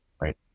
right